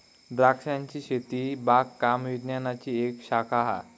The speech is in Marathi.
द्रांक्षांची शेती बागकाम विज्ञानाची एक शाखा हा